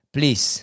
Please